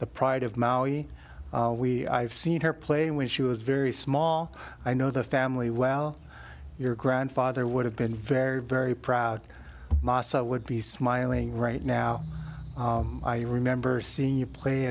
the pride of mao we i've seen her play when she was very small i know the family well your grandfather would have been very very proud would be smiling right now i remember seeing you play